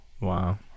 Wow